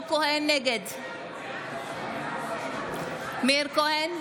נגד מאיר כהן,